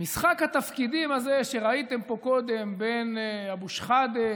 משחק התפקידים הזה שראיתם פה קודם בין אבו שחאדה